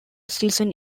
season